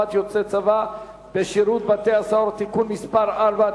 יוצאי צבא בשירות בתי-הסוהר) (תיקון מס' 4),